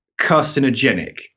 carcinogenic